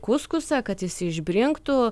kuskusą kad jis išbrinktų